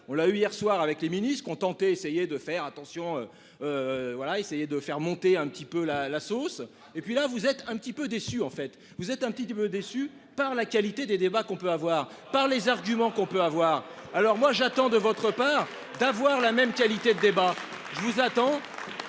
on l'a eu hier soir avec les ministres ont tenté, essayer de faire attention. Voilà, essayer de faire monter un petit peu la la sauce et puis là vous êtes un petit peu déçu en fait vous êtes un petit peu déçu par la qualité des débats qu'on peut avoir par les arguments qu'on peut avoir. Alors moi j'attends de votre part d'avoir la même qualité de débat. Je vous attends.